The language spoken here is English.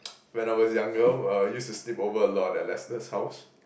when I was younger well I used to sleep over a lot at Lester's house